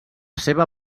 seva